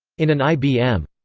in an i b m.